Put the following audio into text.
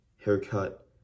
haircut